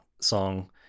song